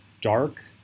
dark